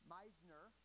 Meisner